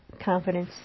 confidence